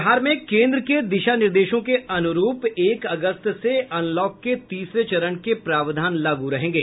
बिहार में केन्द्र के दिशा निर्देशों के अनुरूप एक अगस्त से अनलॉक के तीसरे चरण के प्रावधान लागू रहेंगे